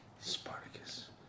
Spartacus